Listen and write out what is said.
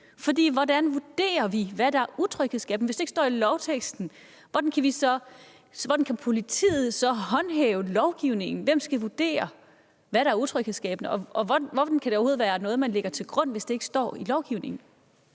For hvordan vurderer vi, hvad der er utryghedsskabende, hvis det ikke står i lovteksten? Hvordan kan politiet så håndhæve lovgivningen? Hvem skal vurdere, hvad der er utryghedsskabende? Og hvordan kan det overhovedet være noget, man lægger til grund, hvis det ikke står i lovgivningen?